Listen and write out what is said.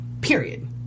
period